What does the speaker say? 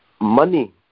money